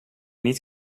niet